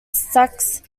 saxe